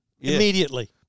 immediately